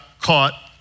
caught